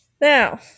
Now